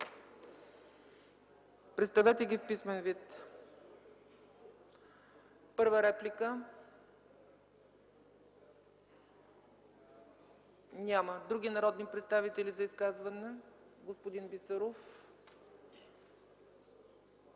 Представете ги в писмен вид. Първа реплика? Няма. Други народни представители за изказване? Господин Бисеров.